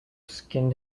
skinned